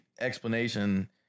explanation